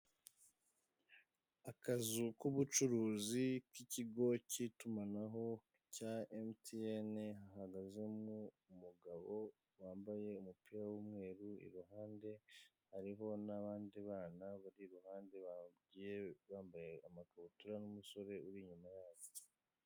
Akazu k'ubucuruzi k'ikigo k'itumanaho cya emutiyene, hahagazemo umugabo wambaye umupira w'umweru ku ruhande hariho n'abana bambaye amakaabutura n'umusore uri inyuma yabo.